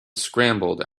scrambled